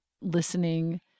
listening